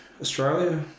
Australia